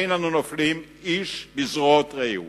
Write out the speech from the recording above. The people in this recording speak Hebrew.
אין אנו נופלים איש לזרועות רעהו